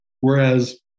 Whereas